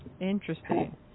interesting